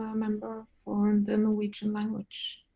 ah member for um the norwegian language,